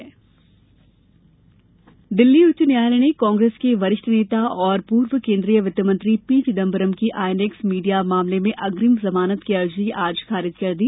चिदम्बरम दिल्ली उच्च न्यायालय ने कांग्रेस के वरिष्ठ नेता और पूर्व केन्द्रीय वित्तमंत्री पी चिदम्बरम की आईएनएक्स मीडिया मामले में अग्रिम जमानत की अर्जी आज खारिज कर दी